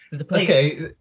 Okay